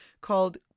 called